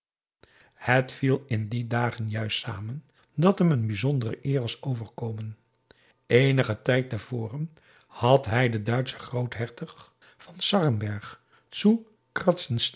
het viel in die dagen juist samen dat hem een bijzondere eer was overkomen eenigen tijd tevoren had hij den duitschen groothertog von schnarrenburg